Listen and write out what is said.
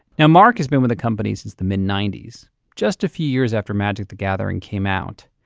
now mark has been with the companies since the mid ninety s, just a few years after magic the gathering came out.